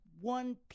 one